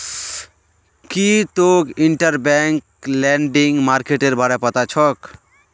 की तोक interbank lending मार्केटेर बारे पता छोक